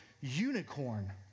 unicorn